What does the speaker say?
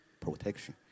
protection